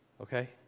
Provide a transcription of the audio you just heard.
Okay